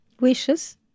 Wishes